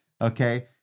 Okay